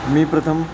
मी प्रथम